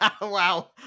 wow